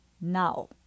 now